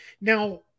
Now